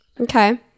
Okay